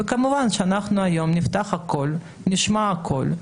כמובן שאנחנו נפתח ונשמע הכול היום.